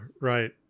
Right